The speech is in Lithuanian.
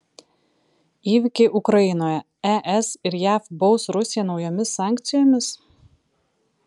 įvykiai ukrainoje es ir jav baus rusiją naujomis sankcijomis